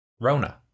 rona